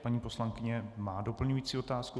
Paní poslankyně má doplňující otázku.